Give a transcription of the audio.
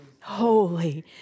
holy